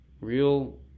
real